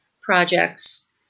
projects